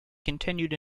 continued